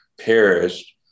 perished